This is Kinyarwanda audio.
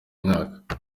mwaka